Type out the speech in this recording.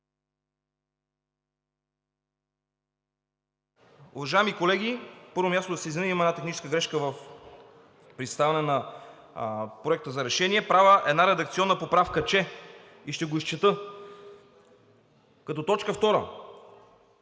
Уважаеми колеги, на първо място да се извиня, има една техническа грешка при съставяне на Проекта за решение. Правя една редакционна поправка и ще я изчета като т. 2 от